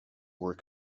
were